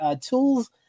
tools